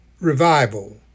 revival